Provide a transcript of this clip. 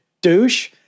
douche